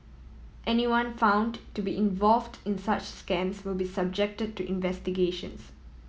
anyone found to be involved in such scams will be subjected to investigations